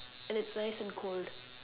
and it's nice and cold